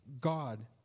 God